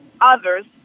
others